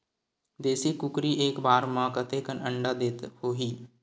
देशी कुकरी एक बार म कतेकन अंडा देत होही?